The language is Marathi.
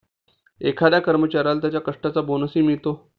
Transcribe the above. एखाद्या कर्मचाऱ्याला त्याच्या कष्टाचा बोनसही मिळतो